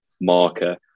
marker